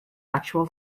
actual